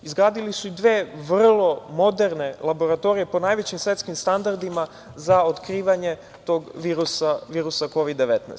Izgradili su i dve vrlo moderne laboratorije po najvećim svetskim standardima za otkrivanje tog virusa, virusa Kovid-19.